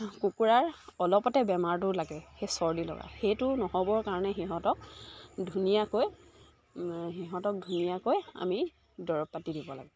কুকুৰাৰ অলপতে বেমাৰটো লাগে সেই চৰ্দি লগা সেইটো নহ'বৰ কাৰণে সিহঁতক ধুনীয়াকৈ সিহঁতক ধুনীয়াকৈ আমি দৰৱ পাতি দিব লাগে